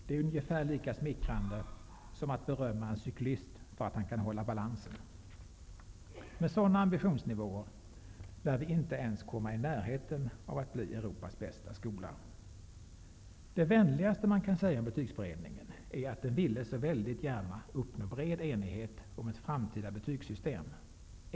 Det är ungefär lika smickrande som att berömma en cyklist för att han kan hålla balansen. Med sådana ambitionsnivåer lär vi inte ens komma i närheten av att få Europas bästa skola. Det vänligaste man kan säga om betygsberedningen är att den så väldigt gärna ville uppnå bred enighet om ett framtida betygssystem.